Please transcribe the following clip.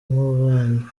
kubana